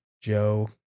Joe